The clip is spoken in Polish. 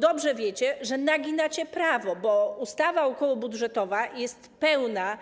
Dobrze wiecie, że naginacie prawo, bo ustawa okołobudżetowa jest pełna